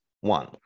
one